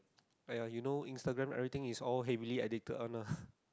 !aiya! you know Instagram everything is all heavily edited one lah